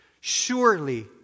Surely